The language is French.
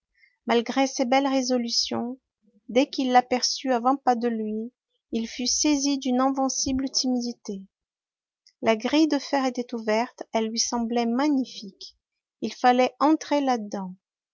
malgré ses belles résolutions dès qu'il l'aperçut à vingt pas de lui il fut saisi d'une invincible timidité la grille de fer était ouverte elle lui semblait magnifique il fallait entrer là-dedans